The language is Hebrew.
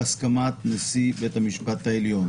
בהסכמת נשיא בית המשפט העליון.